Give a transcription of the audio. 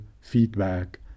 feedback